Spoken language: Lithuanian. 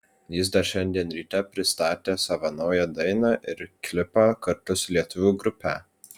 jis dar šiandien ryte pristatė savo naują dainą ir klipą kartu su lietuvių grupe